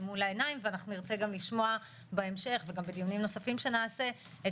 ונרצה לשמוע בהמשך וגם בדיונים נוספים שנעשה את